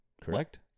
Correct